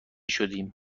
شدیم